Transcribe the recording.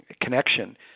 connection